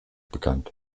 bekannt